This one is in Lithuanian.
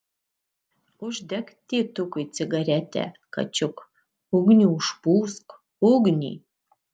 uždek tėtukui cigaretę kačiuk ugnį užpūsk ugnį